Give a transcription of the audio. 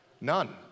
None